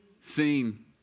Seen